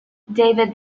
david